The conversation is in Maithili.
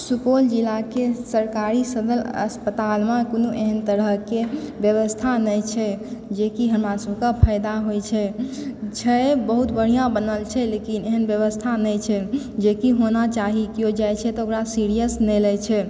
सुपौल जिलाके सरकारी सदर अस्पतालमे कोनो एहन तरहकेँ व्यवस्था नहि छै जेकि हमरा सबके फायदा होइत छै छै बहुत बढ़िआँ बनल छै लेकिन एहन व्यवस्था नहि छै जेकि होना चाही केओ जाइत छै तऽ ओकरा सीरियस नहि लए छै